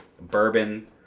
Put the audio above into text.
Bourbon